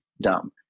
dumb